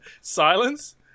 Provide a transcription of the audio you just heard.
silence